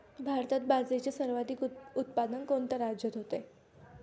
भारतात बाजरीचे सर्वाधिक उत्पादन कोणत्या राज्यात होते?